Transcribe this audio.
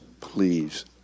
please